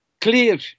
clear